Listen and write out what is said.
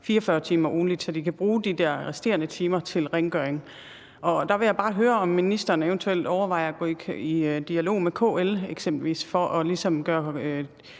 44 timer ugentligt, så de kan bruge de resterende timer til rengøring. Der vil jeg bare høre, om ministeren eventuelt overvejer at gå i dialog med eksempelvis KL for ligesom at gøre